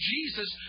Jesus